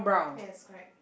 yes correct